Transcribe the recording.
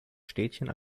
städtchen